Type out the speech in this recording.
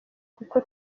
kuko